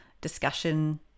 discussion